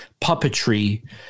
puppetry